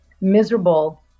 miserable